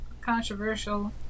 controversial